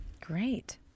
Great